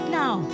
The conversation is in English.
now